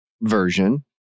version